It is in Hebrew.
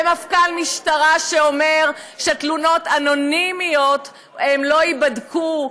ומפכ"ל משטרה שאומר שתלונות אנונימיות לא ייבדקו.